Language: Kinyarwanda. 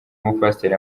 mupasiteri